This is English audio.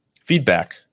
feedback